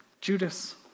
Judas